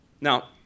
Now